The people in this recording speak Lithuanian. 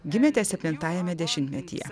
gimėte septintajame dešimtmetyje